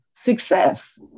success